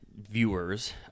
viewers